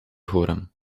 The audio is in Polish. chórem